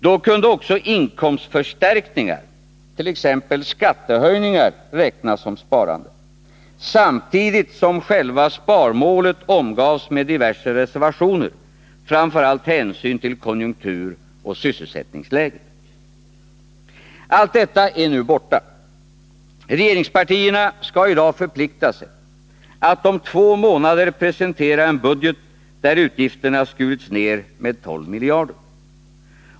Då kunde också inkomstförstärkningar, t.ex. skattehöjningar, räknas som sparande, samtidigt som själva sparmålet omgavs med diverse reservationer, framför allt hänsyn till konjunkturoch sysselsättningsläget. Allt detta är nu borta. Regeringspartierna skall i dag förplikta sig att om två månader presentera en budget där utgifterna skurits ner med 12 miljarder.